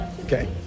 okay